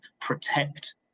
protect